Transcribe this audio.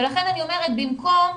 ולכן אני אומרת: במקום,